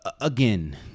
again